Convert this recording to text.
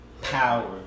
power